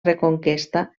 reconquesta